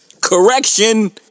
Correction